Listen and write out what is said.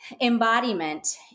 embodiment